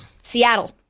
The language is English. Seattle